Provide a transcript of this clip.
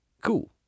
cool